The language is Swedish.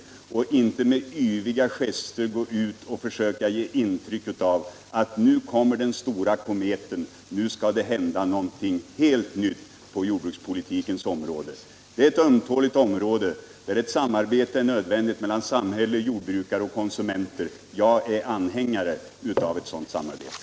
Han bör inte med yviga gester gå ut och försöka ge intryck av att nu kommer den stora kometen, nu skall det hända någonting helt nytt på jordbrukspolitikens område. Det är ett ömtåligt område där ett samarbete är nödvändigt mellan samhälle, jordbrukare och konsumenter. Jag är anhängare av ett sådant samarbete.